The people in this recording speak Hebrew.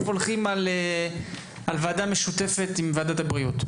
הולכים על ועדה משותפת עם ועדת הבריאות.